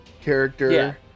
character